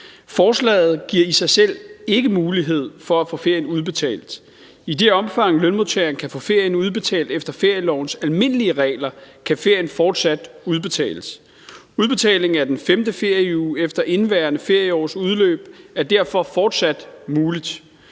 Forslaget giver i sig selv ikke mulighed for at få ferien udbetalt. I det omfang, lønmodtageren kan få ferien udbetalt efter ferielovens almindelige regler, kan ferien fortsat udbetales. Udbetaling af den femte ferieuge efter indeværende ferieårs udløb er derfor fortsat muligt,